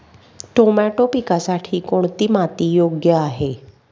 Tomato पिकासाठी कोणती माती योग्य आहे?